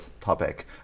topic